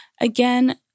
Again